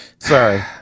Sorry